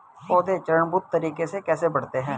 पौधे चरणबद्ध तरीके से कैसे बढ़ते हैं?